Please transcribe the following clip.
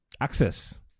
Access